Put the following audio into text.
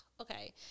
Okay